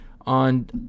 on